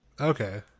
Okay